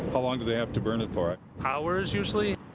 how long do they have to burn it for it? hours, usually.